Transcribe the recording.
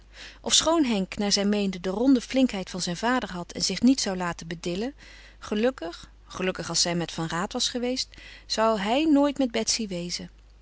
ofschoon henk naar zij meende de ronde flinkheid van zijn vader had en zich niet zou laten bedillen gelukkig gelukkig als zij met van raat was geweest zou hij nooit met betsy wezen